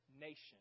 nation